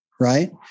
right